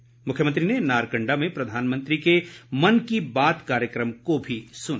इससे पहले मुख्यमंत्री ने नारकंडा में प्रधानमंत्री के मन की बात कार्यक्रम को सुना